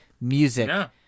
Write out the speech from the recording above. music